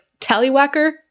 Tallywhacker